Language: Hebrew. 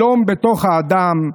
שלום בתוך האדם.